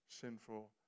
sinful